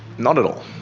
not at all.